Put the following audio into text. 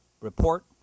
report